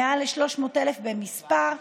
מעל ל-300,000 במספר,